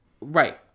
right